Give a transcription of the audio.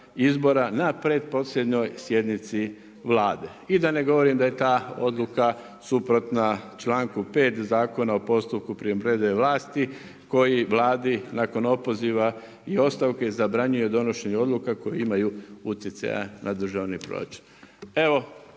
na pretposljednjoj sjednici Vlade. I da ne govorim da je ta odluka suprotna članku 5. Zakona o postupku primopredaje vlasti koji Vladi nakon opoziva i ostavke zabranjuje donošenje odluka koje imaju utjecaja na državni proračun.